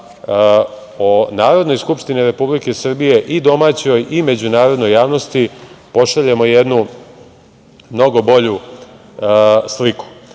o Narodnoj skupštini Republike Srbije i domaćoj i međunarodnoj javnosti pošaljemo jednu mnogo bolju